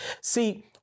see